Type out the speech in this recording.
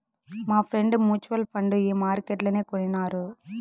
మాఫ్రెండ్ mutual fund ఈ మార్కెట్లనే కొనినారు